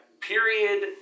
period